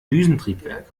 düsentriebwerk